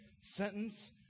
sentence